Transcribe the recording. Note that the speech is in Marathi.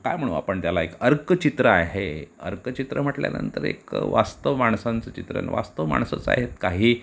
काय म्हणू आपण त्याला एक अर्कचित्र आहे अर्कचित्र म्हटल्यानंतर एक वास्तव माणसांचं चित्रण वास्तव माणसंच आहेत काही